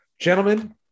Gentlemen